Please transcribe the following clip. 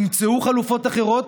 ימצאו חלופות אחרות.